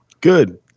Good